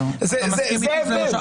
זה ההבדל.